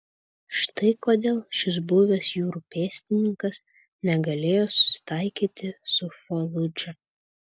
štai kodėl šis buvęs jūrų pėstininkas negalėjo susitaikyti su faludža